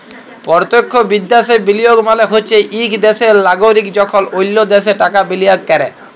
পরতখ্য বিদ্যাশে বিলিয়গ মালে হছে ইক দ্যাশের লাগরিক যখল অল্য দ্যাশে টাকা বিলিয়গ ক্যরে